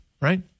right